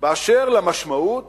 באשר למשמעות